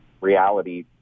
reality